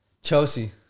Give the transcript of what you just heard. Chelsea